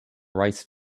rice